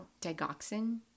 digoxin